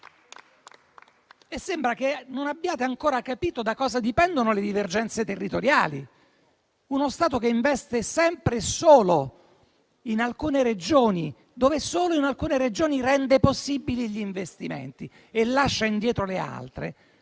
Sembra che non abbiate ancora capito da cosa dipendono le divergenze territoriali: uno Stato che investe sempre e solo in alcune Regioni, e solo in alcune Regioni rende possibili gli investimenti, ma lascia indietro le altre,